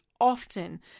often